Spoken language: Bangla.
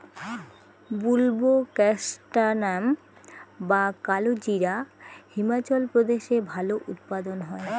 বুলবোকাস্ট্যানাম বা কালোজিরা হিমাচল প্রদেশে ভালো উৎপাদন হয়